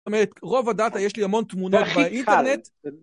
זאת אומרת, רוב הדאטה, יש לי המון תמונות, זה הכי קל, באינטרנט.